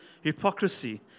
hypocrisy